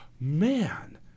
man